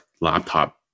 laptop